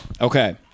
Okay